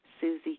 Susie